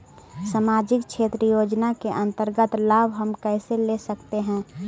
समाजिक क्षेत्र योजना के अंतर्गत लाभ हम कैसे ले सकतें हैं?